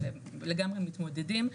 אבל לגמרי מתמודדים.